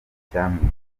icyamwishe